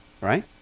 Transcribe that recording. Right